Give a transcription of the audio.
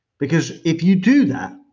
because if you do that,